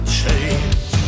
change